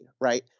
right